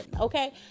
okay